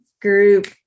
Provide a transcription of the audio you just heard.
group